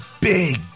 big